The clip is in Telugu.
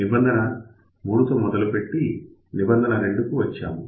నిబంధన 3 తో మొదలు పెట్టి నిబంధన 2 కు వచ్చాము